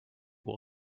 will